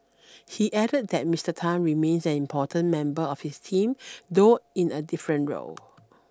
he added that Mister Tan remains an important member of his team though in a different role